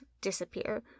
disappear